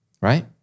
right